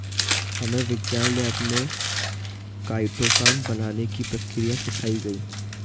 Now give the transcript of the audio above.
हमे विज्ञान लैब में काइटोसान बनाने की प्रक्रिया सिखाई गई